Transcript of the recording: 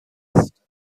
است